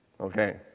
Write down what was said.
Okay